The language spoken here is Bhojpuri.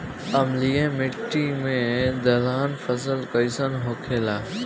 अम्लीय मिट्टी मे दलहन फसल कइसन होखेला?